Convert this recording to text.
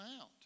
out